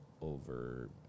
over